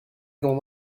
l’on